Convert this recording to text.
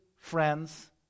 friends